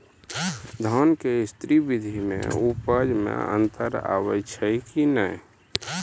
धान के स्री विधि मे उपज मे अन्तर आबै छै कि नैय?